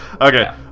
Okay